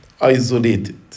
isolated